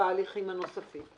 וההליכים הנוספים.